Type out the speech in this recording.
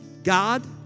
God